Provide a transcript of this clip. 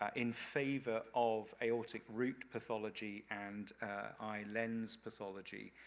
ah in favor of aortic root pathology, and eye lens pathology,